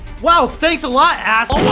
wow, thanks a lot